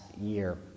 year